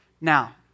Now